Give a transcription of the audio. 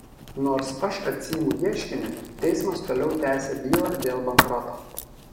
nors aš atsiimu ieškinį teismas toliau tęsia bylą dėl bankroto